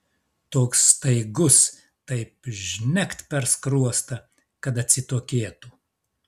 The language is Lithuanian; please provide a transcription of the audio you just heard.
toks staigus taip žnekt per skruostą kad atsitokėtų